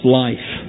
life